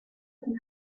and